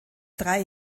drei